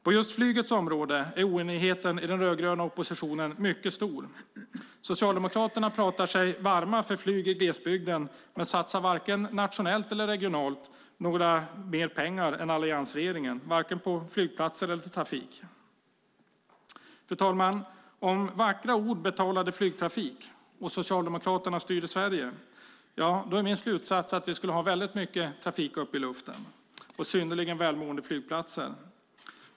På just flygets område är oenigheten i den rödgröna oppositionen mycket stor. Socialdemokraterna pratar sig varma för flyg i glesbygden men satsar varken nationellt eller regionalt mer pengar än alliansregeringen på flygplatser eller trafik. Fru talman! Om vackra ord betalade flygtrafik och Socialdemokraterna styrde Sverige, ja, då är min slutsats att vi skulle ha mycket trafik i luften och synnerligen välmående flygplatser.